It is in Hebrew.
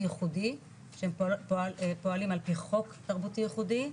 ייחודי שהם פועלים על פי חוק תרבותי ייחודי,